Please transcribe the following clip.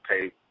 pay